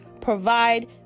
Provide